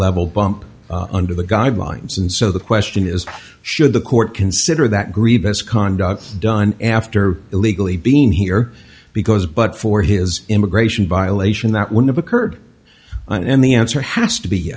level bump under the guidelines and so the question is should the court consider that grievous conduct done after illegally being here because but for his immigration violation that would have occurred and the answer has to be